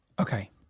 Okay